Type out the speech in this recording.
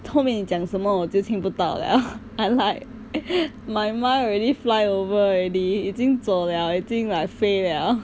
后面你讲什么我就听不到了 I like my mind already fly over already 已经走了进来飞了